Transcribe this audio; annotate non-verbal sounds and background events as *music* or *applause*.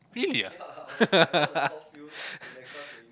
really ah *laughs*